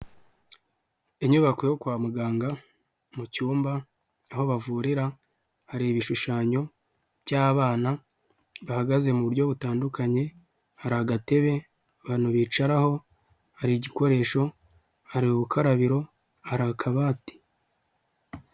Inyubako yo kwa muganga mu cyumba aho bavurira hari ibishushanyo by'abana bahagaze mu buryo butandukanye hari agatebe abantu bicaraho hari igikoresho hari gukarabiro hari akabati.